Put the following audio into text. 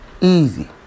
easy